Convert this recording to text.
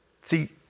See